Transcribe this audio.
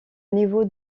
niveau